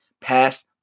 Pass